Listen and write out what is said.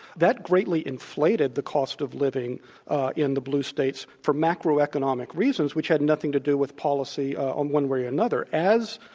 that greatly inflated the cost of living in the blue states for macroeconomic reasons, which had nothing to do with policy one way or another. as